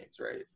right